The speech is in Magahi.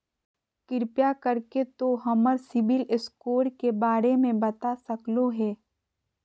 कृपया कर के तों हमर सिबिल स्कोर के बारे में बता सकलो हें?